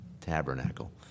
tabernacle